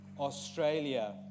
Australia